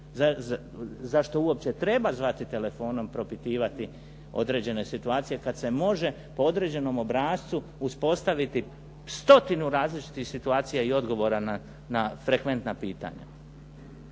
Zašto uopće treba zvati telefonom, propitivati određene situacije, kada se može po određenom obrascu uspostaviti stotinu različitih situacija i odgovora na frekventna pitanja.